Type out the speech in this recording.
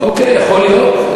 אוקיי, יכול להיות.